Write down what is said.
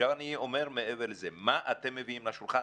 עכשיו אני אומר מעבר לזה: מה אתם מביאים לשולחן?